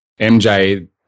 MJ